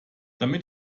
damit